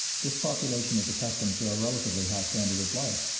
this population is accustomed to a relatively high standard of life,